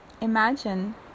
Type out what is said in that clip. Imagine